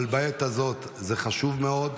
אבל בעת הזאת זה חשוב מאוד,